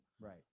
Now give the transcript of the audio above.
right